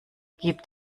gibt